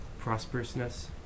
prosperousness